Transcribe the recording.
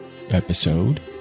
episode